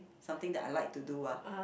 something that I like to do ah